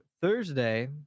Thursday